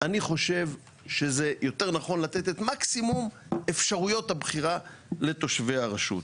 אני חושב שזה יותר נכון לתת את מקסימום אפשרויות הבחירה לתושבי הרשות.